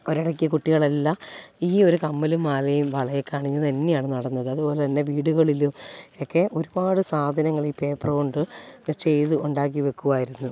ഒരിടക്ക് കുട്ടികളെല്ലാം ഈ ഒരു കമ്മലും മാലയും വളയുമൊക്കെ അണിഞ്ഞു തന്നെയാണ് നടന്നത് അതുപോലെ തന്നെ വീടുകളിലും ഒക്കെ ഒരുപാട് സാധനങ്ങൾ ഈ പേപ്പറ് കൊണ്ട് ചെയ്ത് ഉണ്ടാക്കിവെക്കുമായിരുന്നു